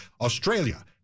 Australia